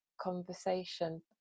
conversation